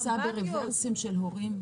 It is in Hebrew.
דריסה ברברס של הורים.